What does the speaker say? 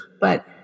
but-